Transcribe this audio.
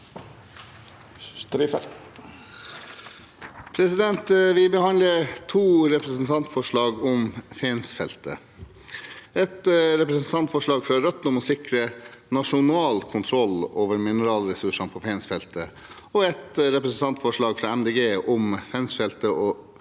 for saken): Vi behandler to representantforslag om Fensfeltet: et representantforslag fra Rødt om å sikre nasjonal kontroll over mineralressursene på Fensfeltet, og et representantforslag fra Miljøpartiet De Grønne om Fensfeltet